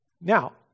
Now